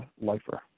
lifer